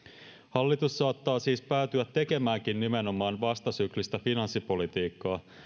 hallitus saattaa siis päätyä tekemäänkin nimenomaan vastasyklistä finanssipolitiikkaa